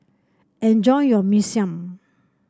enjoy your Mee Siam